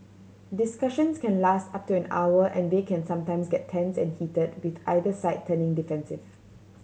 discussions can last up to an hour and they can sometimes get tense and heated with either side turning defensive